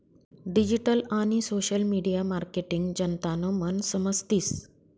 digital आणि social media marketing जनतानं मन समजतीस